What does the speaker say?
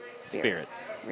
spirits